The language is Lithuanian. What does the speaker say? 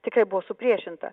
tikrai buvo supriešinta